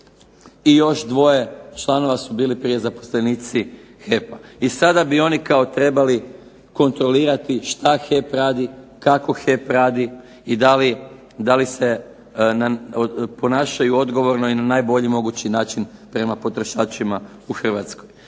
i još 2 članova su bili prije zaposlenici HEP-a. I sada bi oni kao trebali kontrolirati što HEP radi, kako HEP radi i da li se ponašaju odgovorno i na najbolji mogući način prema potrošačima u Hrvatskoj.